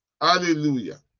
hallelujah